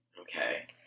Okay